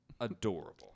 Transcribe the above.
adorable